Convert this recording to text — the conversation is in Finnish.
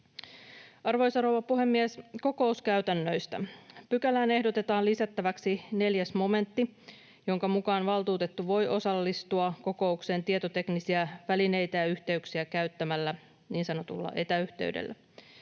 Arvoisa rouva puhemies! Kokouskäytännöistä. Pykälään ehdotetaan lisättäväksi 4 momentti, jonka mukaan valtuutettu voi osallistua kokoukseen tietoteknisiä välineitä ja yhteyksiä käyttämällä, niin sanotulla etäyhteydellä.